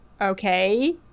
Okay